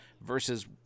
versus